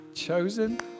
chosen